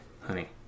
honey